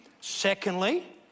secondly